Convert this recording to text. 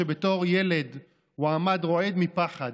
שבתור ילד הוא עמד רועד מפחד,